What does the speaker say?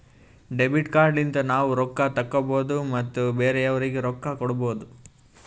debit card ಲಿಂತ ನಾವ್ ರೊಕ್ಕಾ ತೆಕ್ಕೋಭೌದು ಮತ್ ಬೇರೆಯವ್ರಿಗಿ ರೊಕ್ಕಾ ಕೊಡ್ಭೌದು